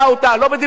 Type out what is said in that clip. לא בדיבורים,